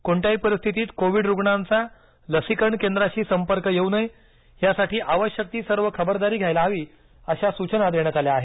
कोणत्याही परिस्थितीत कोविड रुग्णांचा लसीकरण केंद्राशी संपर्क येऊ नये यासाठी आवश्यक ती सर्व खबरदारी घ्यायला हवी अशा सूचना देण्यात आल्या आहेत